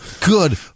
Good